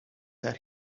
that